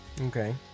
Okay